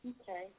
Okay